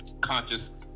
conscious